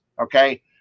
Okay